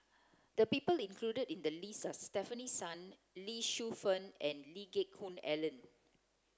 the people included in the list are Stefanie Sun Lee Shu Fen and Lee Geck Hoon Ellen